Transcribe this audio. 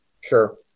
Sure